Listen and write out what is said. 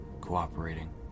cooperating